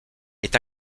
est